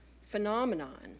phenomenon